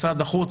משרד החוץ,